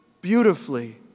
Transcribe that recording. beautifully